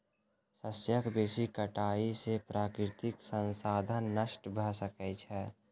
शस्यक बेसी कटाई से प्राकृतिक संसाधन नष्ट भ सकै छै